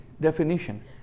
definition